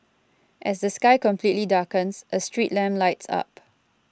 as the sky completely darkens a street lamp lights up